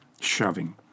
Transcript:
shoving